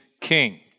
king